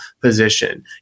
position